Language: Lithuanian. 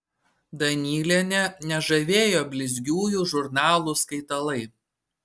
danylienę nežavėjo blizgiųjų žurnalų skaitalai